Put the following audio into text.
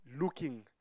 looking